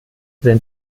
sind